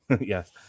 Yes